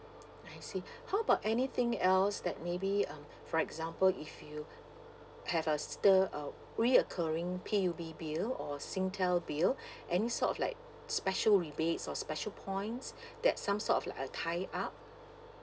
I see how about anything else that maybe um for example if you have a still uh reoccurring P_U_B bill or singtel bill any sort of like special rebates or special points that some sort of like a tie up